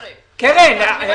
קרן, בסדר.